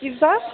किसदा